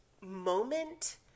moment